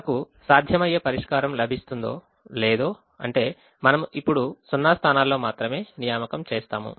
మనకు సాధ్యమయ్యే పరిష్కారం లభిస్తుందో లేదో అంటే మనం ఇప్పుడు సున్నా స్థానాల్లో మాత్రమే నియామకం చేస్తాము